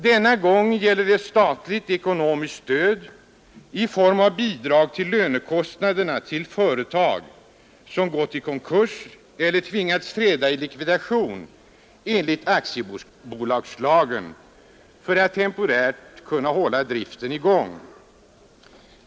Denna gång gäller det statligt ekonomiskt stöd i form av bidrag till lönekostnaderna i företag, som gått i konkurs eller tvingats träda i likvidation enligt aktiebolagslagen, för att temporärt hålla driften i gång.